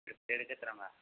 ସିୟାଡ଼େ କେତେ ଟଙ୍କା